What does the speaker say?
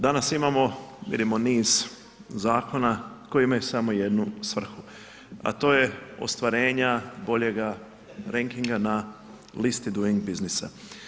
Danas imamo, vidimo niz zakona koji imaju samo jednu svrhu a to je ostvarenja boljega rankinga na listi doing businessa.